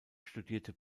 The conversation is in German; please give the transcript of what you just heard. studierte